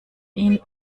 ihn